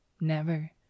Never